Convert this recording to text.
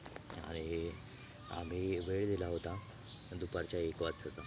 आणि आम्ही वेळ दिला होता दुपारच्या एक वाजेचा